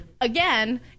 again